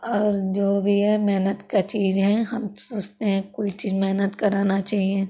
और जो भी है मेहनत का चीज है हम सोचते हैं कुल चीज मेहनत कराना चाहिए